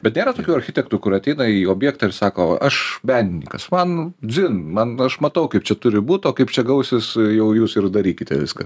bet nėra tokių architektų kur ateina į objektą ir sako aš menininkas man dzin man aš matau kaip čia turi būt o kaip čia gausis jau jūs ir darykite viską